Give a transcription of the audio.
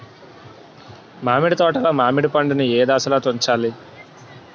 మామిడి తోటలో మామిడి పండు నీ ఏదశలో తుంచాలి?